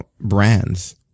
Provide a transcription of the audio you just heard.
brands